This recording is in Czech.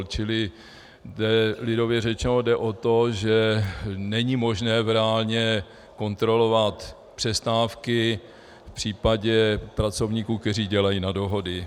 Čili lidově řečeno, jde o to, že není možné reálně kontrolovat přestávky v případě pracovníků, kteří dělají na dohody.